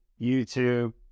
youtube